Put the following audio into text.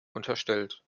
unterstellt